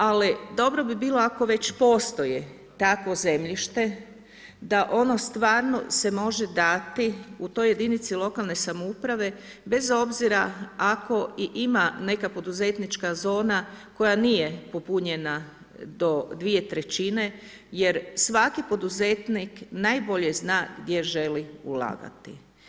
Ali dobro bi bilo ako već postoji takvo zemljište, da ono stvarno se može dati u toj jedinici lokalne samouprave bez obzira ako i ima neka poduzetnička zona koja nije popunjena do 2/3 jer svaki poduzetnik najbolje zna gdje želi ulagati.